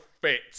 fit